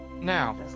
Now